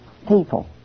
people